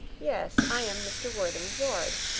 yes, i am mr. worthing's ward.